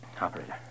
Operator